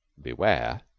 beware!